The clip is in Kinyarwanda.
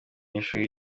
ishuri